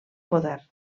poder